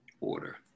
order